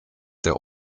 der